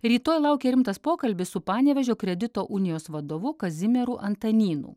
rytoj laukia rimtas pokalbis su panevėžio kredito unijos vadovu kazimieru antanynu